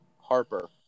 Harper